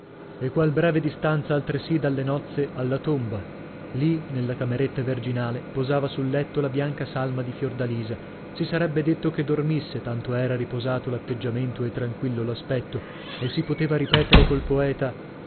e qual breve distanza altresì dalle nozze alla tomba lì nella cameretta verginale posava sul letto la bianca salma di fiordalisa si sarebbe detto che dormisse tanto era riposato l'atteggiamento e tranquillo l'aspetto e si poteva ripetere col poeta